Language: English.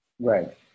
Right